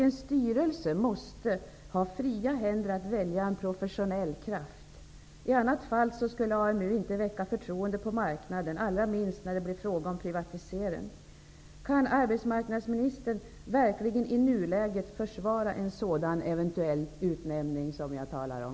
En styrelse måste ha fria händer att välja en professionell kraft. I annat fall skulle AMU inte väcka förtroende på marknaden, allra minst när det blir fråga om privatisering. Kan arbetsmarknadsministern i nuläget verkligen försvara en sådan eventuell utnämning som jag talar om?